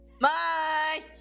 Bye